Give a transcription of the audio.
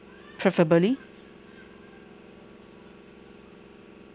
preferably